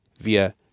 via